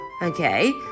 Okay